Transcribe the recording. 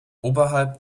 oberhalb